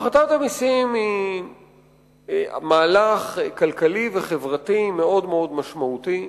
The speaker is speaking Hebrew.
הפחתת המסים היא מהלך כלכלי וחברתי משמעותי,